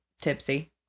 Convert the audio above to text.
tipsy